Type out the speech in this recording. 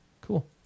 Cool